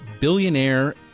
billionaire